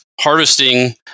harvesting